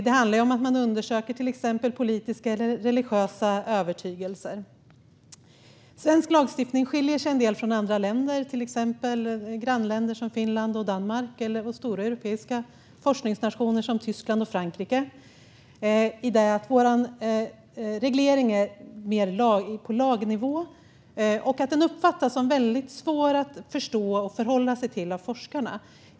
Det handlar till exempel om att man undersöker politiska eller religiösa övertygelser. Svensk lagstiftning skiljer sig en del från andra länders - det gäller till exempel grannländer som Finland och Danmark och stora europeiska forskningsnationer som Tyskland och Frankrike - i det att vår reglering finns mer på lagnivå och att den av forskarna uppfattas som väldigt svår att förstå och förhålla sig till.